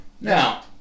Now